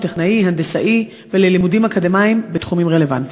טכנאי והנדסאי וללימודים אקדמיים בתחומים רלוונטיים?